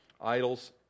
idols